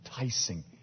enticing